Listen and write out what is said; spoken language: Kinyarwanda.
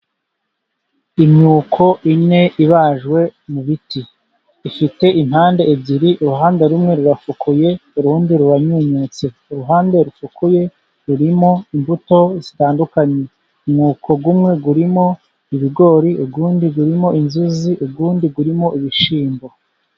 Imyuko ine ibajwe mu biti ifite impande ebyiri, uruhande rumwe rurafukuye urundi runyunyutse. Uruhande rufukuye rurimo imbuto zitandukanye, umwuko umwe urimo ibigori, undi urimo inzuzi, undi urimo ibishyimbo.